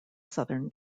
southern